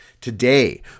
today